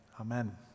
amen